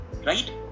right